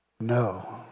No